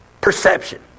perception